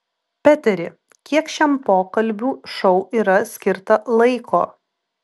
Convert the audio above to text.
peteri kiek šiam pokalbių šou yra skirta laiko